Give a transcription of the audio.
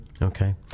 Okay